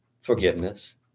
forgiveness